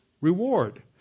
reward